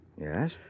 Yes